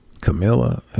Camilla